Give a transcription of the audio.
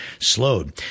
slowed